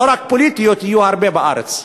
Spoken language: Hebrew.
לא רק פוליטיות, יהיו הרבה בארץ.